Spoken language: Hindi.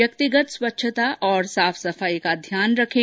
व्यक्तिगत स्वच्छता और साफ सफाई का ध्यान रखें